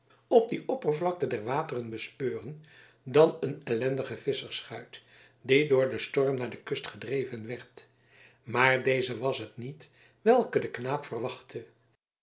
op die oppervlakte der wateren bespeuren dan een ellendige visschersschuit die door den storm naar de kust gedreven werd maar deze was het niet welke de knaap verwachtte